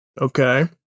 Okay